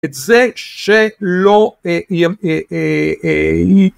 את זה שלא אההההההההההההההההה